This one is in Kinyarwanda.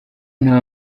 nta